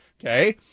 Okay